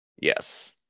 Yes